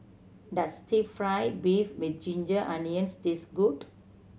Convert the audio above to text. does fry beef with ginger onions taste good